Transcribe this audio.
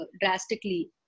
drastically